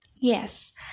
Yes